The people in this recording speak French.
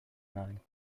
marient